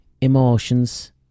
emotions